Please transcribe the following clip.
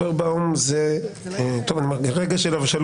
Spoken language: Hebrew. אני רוצה לומר משהו